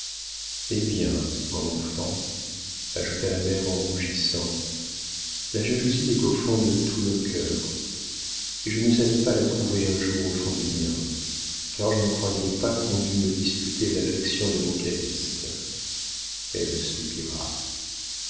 eh bien mon enfant ajouta la mère en rougissant la jalousie est au fond de tous nos cœurs et je ne savais pas la trouver un jour au fond du mien car je ne croyais pas qu'on dût me disputer l'affection de mon calyste elle soupira